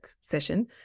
session